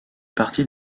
partie